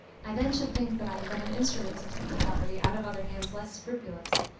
i then should think that i had been an instrument to keep the property out of other hands less scrupulous,